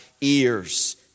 ears